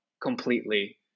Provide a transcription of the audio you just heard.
completely